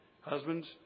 Husbands